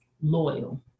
loyal